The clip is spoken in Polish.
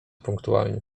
punktualni